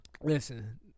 Listen